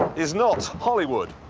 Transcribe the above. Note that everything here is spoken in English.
is not hollywood.